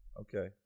okay